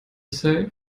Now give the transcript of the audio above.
say